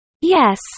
Yes